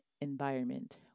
environment